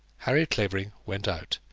harry clavering went out,